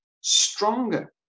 stronger